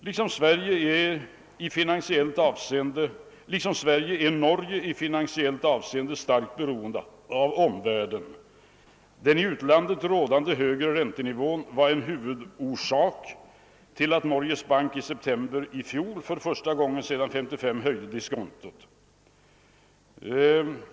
: Liksom Sverige är Norge i finansiellt avseende starkt beroende av omvärlden. Den i utlandet rådande högre räntenivån var en huvudorsak till att Norges Bank i september 1969 för första gången sedan år 1955 höjde diskontot.